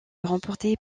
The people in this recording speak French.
remportée